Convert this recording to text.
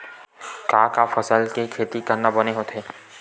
का का फसल के खेती करना बने होथे?